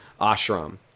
ashram